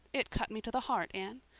it cut me to the heart, anne.